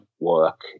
work